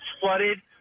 flooded